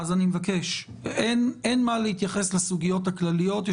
אין מה להתייחס לסוגיות הכלליות,